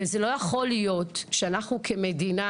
זה לא יכול להיות שאנחנו כמדינה,